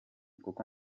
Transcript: kuko